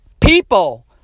people